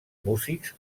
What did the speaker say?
músics